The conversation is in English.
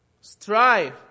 strive